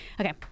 Okay